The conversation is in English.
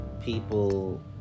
people